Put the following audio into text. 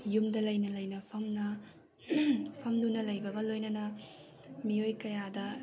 ꯌꯨꯝꯗ ꯂꯩꯅ ꯂꯩꯅ ꯐꯝꯅ ꯐꯝꯗꯨꯅ ꯂꯩꯕꯒ ꯂꯣꯏꯅꯅ ꯃꯤꯑꯣꯏ ꯀꯌꯥꯗ